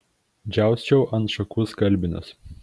džiausčiau ant šakų skalbinius